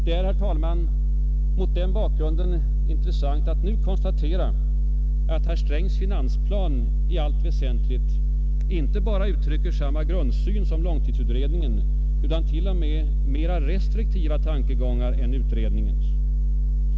Det är, herr talman, mot den bakgrunden intressant att nu konstatera att herr Strängs finansplan i allt väsentligt inte bara uttrycker samma grundsyn som långtidsutredningen, utan t.o.m. mera restriktiva tankegångar än utredningen.